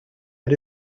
had